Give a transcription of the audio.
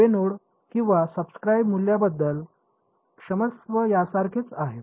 डावा नोड आणि सबस्क्राइब मूल्याबद्दल क्षमस्व यासारखेच आहे